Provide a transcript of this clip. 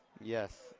Yes